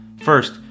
First